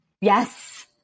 Yes